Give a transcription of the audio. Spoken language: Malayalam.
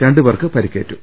രണ്ടുപേർക്ക് പരിക്കേ റ്റു